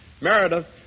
Meredith